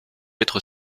être